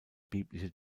biblische